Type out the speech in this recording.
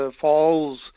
falls